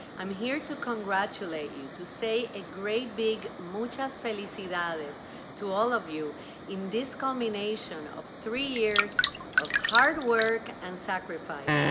i'm here to congratulate you, to say a great big muchas felicidades to all of you in this culmination of three years of hard work and sacrifice,